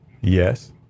Yes